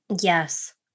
Yes